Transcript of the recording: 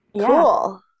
Cool